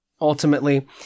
ultimately